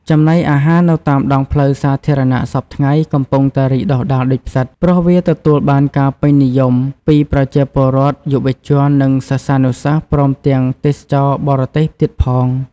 ចំណីអាហារនៅតាមដងផ្លូវសាធារណៈសព្វថ្ងៃ កំពុងតែរីកដុះដាលដូចផ្សិត ព្រោះវាទទួលបានការពេញនិយមពីប្រជាពលរដ្ឋ យុវជន និងសិស្សានុសិស្ស ព្រមទាំងទេសចរបរទេសទៀតផង។